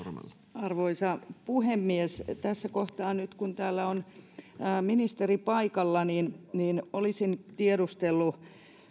arvoisa puhemies tässä kohtaa nyt kun täällä on ministeri paikalla olisin tiedustellut